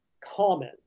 common